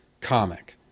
comic